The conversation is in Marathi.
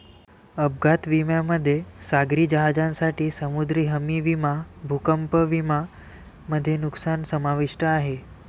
अपघात विम्यामध्ये सागरी जहाजांसाठी समुद्री हमी विमा भूकंप विमा मध्ये नुकसान समाविष्ट आहे